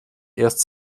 erst